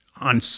on